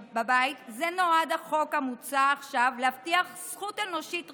נועד החוק המוצע עכשיו להבטיח זכות אנושית ראשונית,